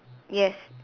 yes